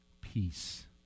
Peace